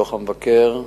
דוח המבקר.